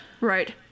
Right